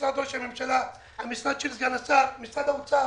משרד ראש הממשלה, המשרד של סגן השר, משרד האוצר